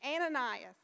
Ananias